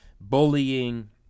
bullying